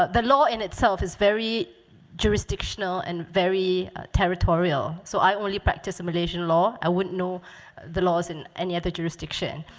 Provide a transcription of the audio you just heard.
ah the law in itself is very jurisdictional and very territorial. so i only practice malaysian law. i wouldn't know the laws in any other jurisdiction.